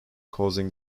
causing